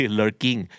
lurking